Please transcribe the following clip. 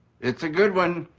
it's a good one!